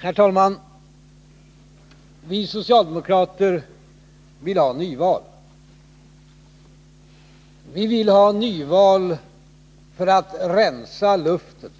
Herr talman! Vi socialdemokrater vill ha nyval. Vi vill ha nyval för att rensa luften